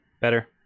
Better